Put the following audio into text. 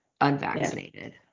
unvaccinated